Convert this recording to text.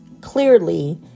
clearly